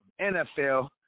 nfl